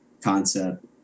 concept